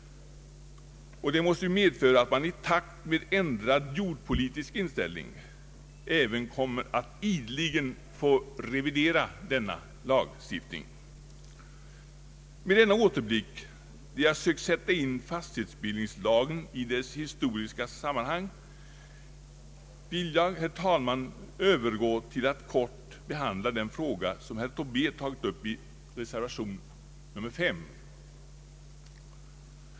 Det måste medföra att man i takt med ändrad jordpolitisk inställning även kommer att ideligen få revidera lagen. Med denna återblick, där jag har sökt sätta in fastighetsbildningslagen i dess historiska sammanhang, vill jag, herr talman, övergå till att kort behandla den fråga som herr Tobé tagit upp i reservation V.